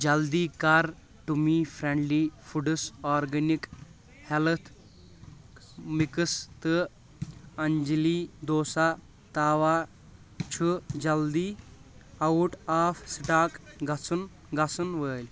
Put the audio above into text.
جلدی کر، tummy friendly foods organic health mix تہٕ انجلی ڈوسا تاوا چھُ جلدی آوٹ آف سٹاک گژھُن گژھن وٲلۍ